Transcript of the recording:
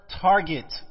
target